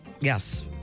Yes